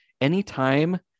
anytime